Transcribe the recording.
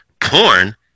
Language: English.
porn